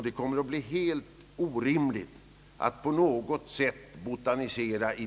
Det växer upp en djungel, som det blir helt omöjligt att botanisera i.